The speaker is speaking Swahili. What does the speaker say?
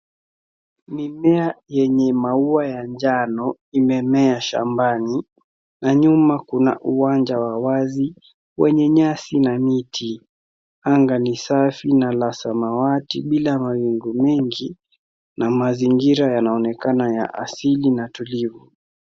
Mimea yenye maua ya njano imemea shambani na nyuma kuna uwanja wa wazi wenye nyasi na miti. Anga ni safi na la samawati bila mawingu mengi na mazingira yanaonekana ya asili na tulivu.